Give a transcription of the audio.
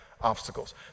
obstacles